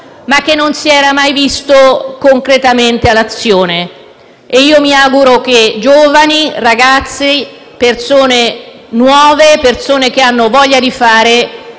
ma che non si era mai visto concretamente in azione. Mi auguro che giovani, ragazzi, persone nuove e persone che hanno voglia di fare